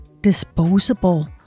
disposable